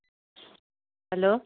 hello